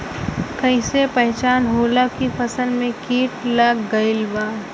कैसे पहचान होला की फसल में कीट लग गईल बा?